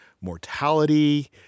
mortality